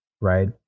right